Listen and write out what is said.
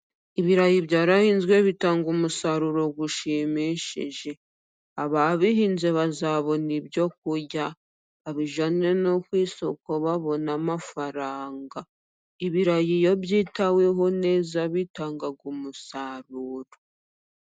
Ibirayi byahinzwe bitanga umusaruro ushimishije， ababihinze bazabona ibyo kurya， babijyane no ku isoko babone amafaranga. Ibirayi iyo byitaweho neza， bitanga umusaruro.